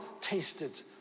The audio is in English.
tasted